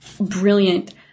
brilliant